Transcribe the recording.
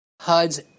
HUD's